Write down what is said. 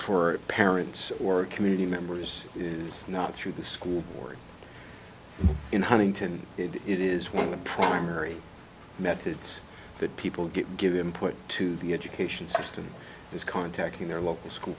for parents or community members is not through the school board in huntington it is one of the primary methods that people get give input to the education system is contacting their local school